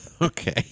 Okay